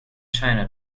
china